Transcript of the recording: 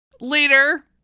Later